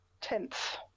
tenth